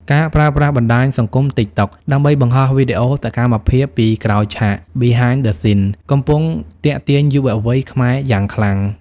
ការប្រើប្រាស់បណ្ដាញសង្គម TikTok ដើម្បីបង្ហោះវីដេអូសកម្មភាពពីក្រោយឆាក (Behind the Scenes) កំពុងទាក់ទាញយុវវ័យខ្មែរយ៉ាងខ្លាំង។